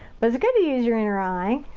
but it's good to use your inner eye.